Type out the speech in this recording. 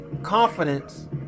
confidence